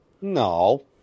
No